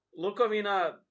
Lukovina